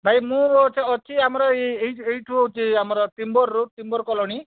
ଭାଇ ମୁଁ ଅଛି ଅଛି ଆମର ଏଇ ଏଇ ଏଇଠୁ ଯୋଉ ଆମର timber road timber road colony